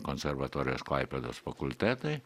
konservatorijos klaipėdos fakultetai